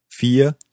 Vier